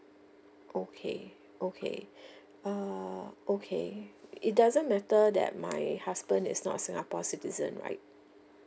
okay okay err okay it doesn't matter that my husband is not a singapore citizen right